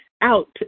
out